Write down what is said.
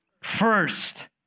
first